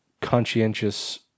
conscientious